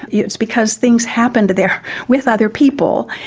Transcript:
yeah it's because things happened there with other people.